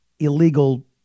Illegal